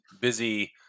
busy